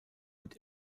mit